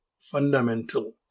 fundamental